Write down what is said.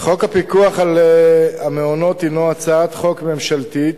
חוק הפיקוח על המעונות הינו הצעת חוק ממשלתית,